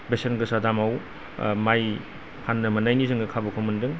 बेसेनगोसा दामाव माइ फान्नो मोन्नायनि जोङो खाबुखौ मोनदों